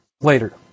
later